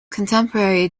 contemporary